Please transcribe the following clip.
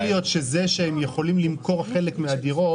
יכול להיות שזה שהם יכולים למכור חלק מהדירות